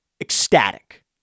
ecstatic